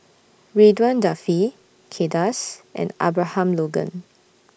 Ridzwan Dzafir Kay Das and Abraham Logan